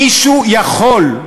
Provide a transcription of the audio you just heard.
מישהו יכול,